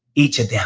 each of them,